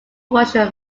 official